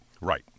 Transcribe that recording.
Right